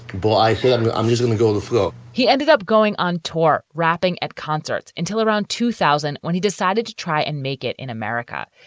but i said, i'm i'm yeah going to go to school he ended up going on tour rapping at concerts until around two thousand when he decided to try and make it in america.